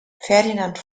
ferdinand